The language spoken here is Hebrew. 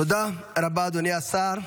תודה רבה, אדוני השר.